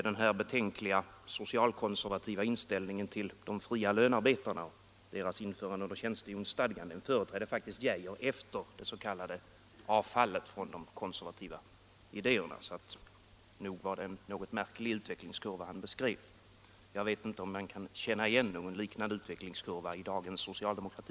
Den här betänkliga socialkonservativa inställningen till de fria lönarbetarnas införande under tjänstehjonsstadgan företrädde faktiskt Geijer efter det s.k. avfallet från de konservativa idéerna, så nog var det en något märklig utvecklingskurva han beskrev. Jag vet inte om man kan känna igen någon liknande utvecklingskurva i dagens socialdemokrati.